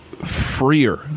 Freer